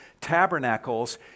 tabernacles